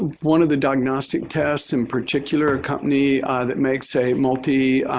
one of the diagnostic tests, in particular a company that makes a multivalent